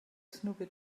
snoopy